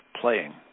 playing